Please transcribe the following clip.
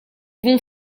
vont